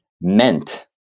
meant